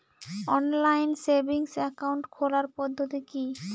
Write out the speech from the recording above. Online savings account খোলার পদ্ধতি কি?